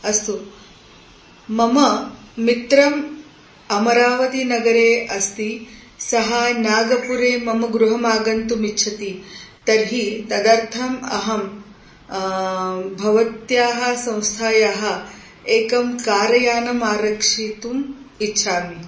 अस्तु मम मित्रम् अमरावतीनगरे अस्ति सः नागपुरे मम गृहमागन्तुम् इच्छति तर्हि तदर्थम् अहं भवत्याः संस्थायाः एकं कार यानम् आरक्षितुम् इच्छामि